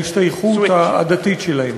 ההשתייכות העדתית שלהם,